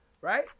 right